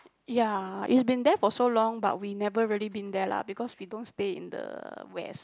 ya it's been there for so long but we never really been there lah because we don't stay in the West